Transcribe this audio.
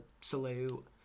salute